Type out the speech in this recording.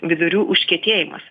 vidurių užkietėjimas